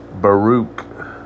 Baruch